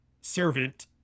servant